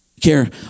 care